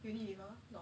you know really l'oreal